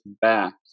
back